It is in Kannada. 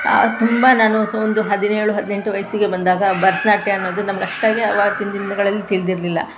ತುಂಬ ನಾನು ಒಂದು ಹದಿನೇಳು ಹದಿನೆಂಟು ವಯಸ್ಸಿಗೆ ಬಂದಾಗ ಭರತನಾಟ್ಯ ಅನ್ನೋದು ನಮ್ಗೆ ಅಷ್ಟಾಗಿ ಆವತ್ತಿನ ದಿನಗಳಲ್ಲಿ ತಿಳಿದಿರ್ಲಿಲ್ಲ